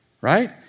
right